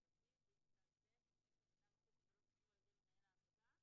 לא נופלת בתפקיד של מנהל העובדה.,